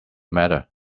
matter